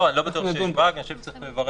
אני לא בטוח שיש באג, אני חושב שצריך לברר.